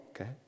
okay